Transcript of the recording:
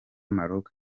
maroc